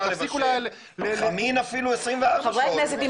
חברי הכנסת,